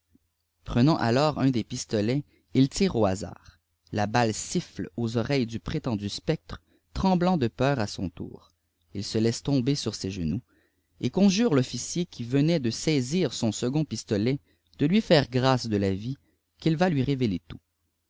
jprenant alors un des pistolets il tire au hasard la balle siffle aux oreilles du prétendu spectçe tremblant de peur à son tour il se laisse tomber sur ses genoux él conjure tonicierî qui venait de saisir son second pistolet de lui faire râcc de la vie qu'il va lui révéler tout